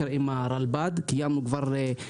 קיימנו ישיבה אחת איתם.